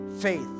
faith